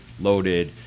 loaded